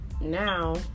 now